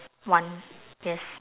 one yes